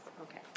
Okay